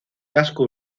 casco